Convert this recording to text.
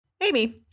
Amy